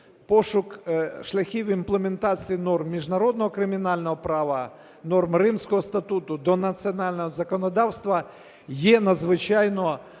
пошук шляхів імплементації норм міжнародного кримінального права, норм Римського статуту до національного законодавства є надзвичайно